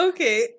Okay